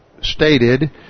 stated